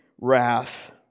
wrath